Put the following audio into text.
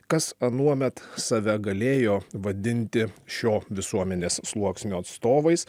kas anuomet save galėjo vadinti šio visuomenės sluoksnio atstovais